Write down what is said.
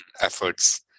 efforts